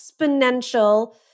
exponential